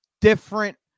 different